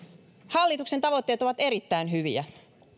hallituksen tavoitteet ovat erittäin hyviä